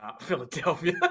Philadelphia